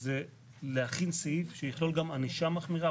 הוא להכין סעיף שיכלול גם ענישה מחמירה,